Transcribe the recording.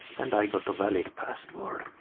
and i got a valid password.